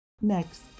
Next